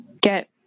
get